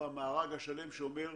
המארג השלם של